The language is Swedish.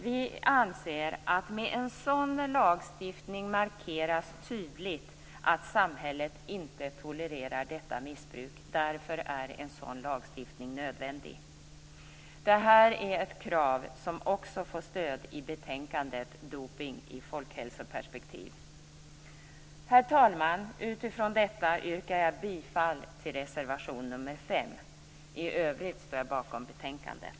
Vi anser att man med en sådan lagstiftning tydligt markerar att samhället inte tolererar detta missbruk. Därför är en sådan lagstiftning nödvändig. Det är ett krav som också får stöd i betänkandet Doping i folkhälsoperspektiv. Herr talman! Utifrån detta yrkar jag bifall till reservation nr 5. I övrigt står jag bakom betänkandet.